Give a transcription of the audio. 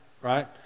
right